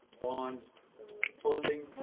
bond funding.